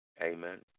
Amen